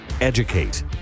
Educate